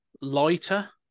lighter